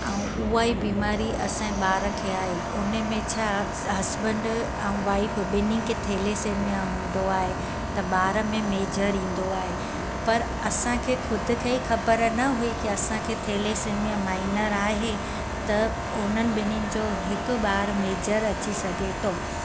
ऐं उहा ई बीमारी असांजे ॿार खे आई उन में छा हस्बैंड ऐं वाइफ ॿिन्ही खे थैलेसेमिया हूंदो आहे त ॿार में मेजर ईंदो आहे पर असांखे ख़ुदि खे ई ख़बर न हुई की असांखे थैलेसेमिया माइनर आहे त उन्हनि बिन्हिनि जो हिकु ॿारु मेजर अची सघे थो